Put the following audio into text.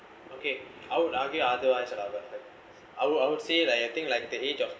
okay I would argue otherwise ya lah but like I would I would say like I think like the age of